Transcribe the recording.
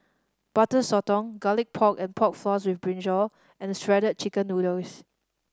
Butter Sotong Garlic Pork and Pork Floss with Brinjal and Shredded Chicken Noodles